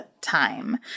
time